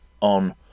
on